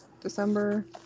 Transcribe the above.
December